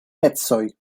pecoj